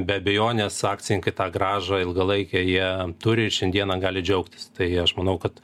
be abejonės akcininkai tą grąžą ilgalaikę jie turi ir šiandieną gali džiaugtis tai aš manau kad